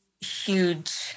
huge